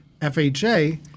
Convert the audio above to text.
FHA